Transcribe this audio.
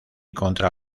contra